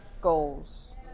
goals